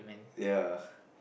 ya